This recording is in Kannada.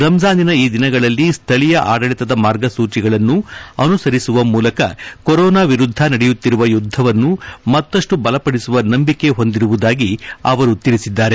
ರಂಜಾನಿನ ಈ ದಿನಗಳಲ್ಲಿ ಸ್ವೀಯ ಆಡಳಿತದ ಮಾರ್ಗಸೂಚಿಗಳನ್ನು ಅಮಸರಿಸುವ ಮೂಲಕ ಕೊರೋನಾ ವಿರುದ್ದ ನಡೆಯುತ್ತಿರುವ ಯುದ್ದವನ್ನು ಮತ್ತಷ್ಟು ಬಲಪಡಿಸುವ ನಂಬಿಕೆ ಹೊಂದಿರುವುದಾಗಿ ಅವರು ತಿಳಿಸಿದ್ದಾರೆ